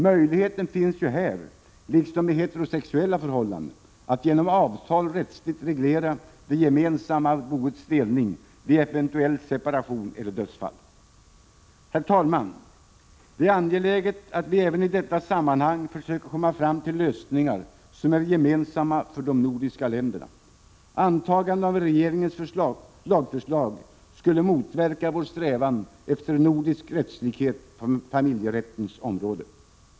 Möjligheter finns ju här — liksom vid heterosexuella förhållanden — att genom avtal rättsligt reglera det gemensamma boendet, delning vid eventuell separation eller vid dödsfall. Herr talman! Det är angeläget att vi även i detta sammanhang försöker komma fram till lösningar som är gemensamma för de nordiska länderna. Antagande av regeringens lagförslag skulle motverka vår strävan efter nordisk rättslikhet på familjerättens område.